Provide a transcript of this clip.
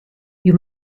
you